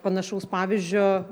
panašaus pavyzdžio